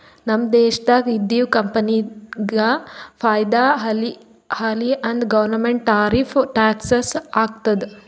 ನಮ್ ದೇಶ್ದಾಗ್ ಇದ್ದಿವ್ ಕಂಪನಿಗ ಫೈದಾ ಆಲಿ ಅಂತ್ ಗೌರ್ಮೆಂಟ್ ಟಾರಿಫ್ ಟ್ಯಾಕ್ಸ್ ಹಾಕ್ತುದ್